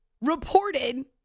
reported